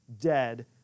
dead